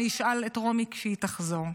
אני אשאל את רומי כשהיא תחזור.